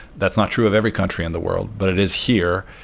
that's not true of every country in the world, but it is here,